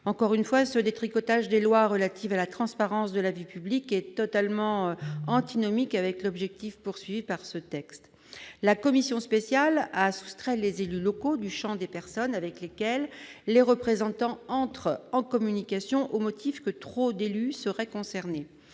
encore une fois ce détricotage des lois relatives à la transparence de la vie publique et totalement antinomique avec l'objectif poursuivi par ce texte, la commission spéciale a soustrait les élus locaux du Champ des personnes avec lesquelles les représentants, entre en communication au motif que trop d'élus seraient concernés,